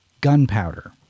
gunpowder